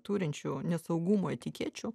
turinčių nesaugumo etikečių